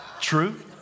True